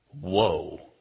Whoa